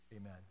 amen